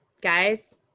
guys